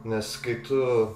nes kai tu